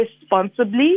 responsibly